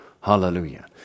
Hallelujah